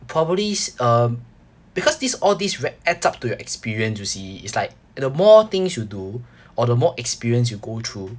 probably um because this all this re~ adds up to your experience you see it's like the more things you do or the more experience you go through